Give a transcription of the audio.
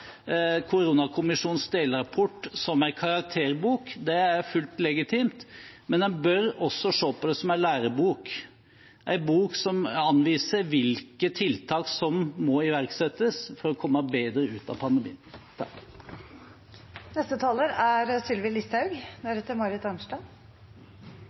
koronakommisjonens delrapport som en karakterbok, det er fullt legitimt, men man bør også se på den som en lærebok – en bok som anviser hvilke tiltak som må iverksettes for å komme bedre ut av pandemien.